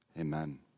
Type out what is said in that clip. Amen